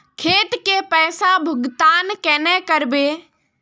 खेत के पैसा भुगतान केना करबे?